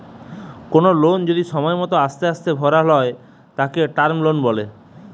কোনো লোন যদি সময় মতো আস্তে আস্তে ভরালয় তাকে টার্ম লোন বলে